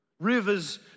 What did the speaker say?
Rivers